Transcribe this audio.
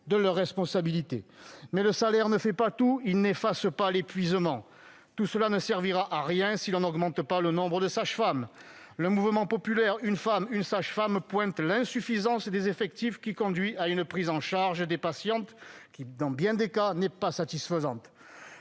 de leurs responsabilités. Cependant, le salaire ne fait pas tout, et il n'efface pas l'épuisement. Tout cela ne servira à rien si l'on n'augmente pas le nombre de sages-femmes. Le mouvement populaire « Une femme = une sage-femme » pointe l'insuffisance des effectifs qui conduit à une prise en charge des patientes insatisfaisante,